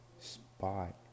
spot